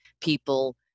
people